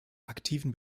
aktiven